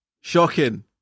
Shocking